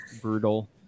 brutal